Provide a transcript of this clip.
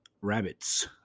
rabbits